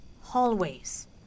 hallways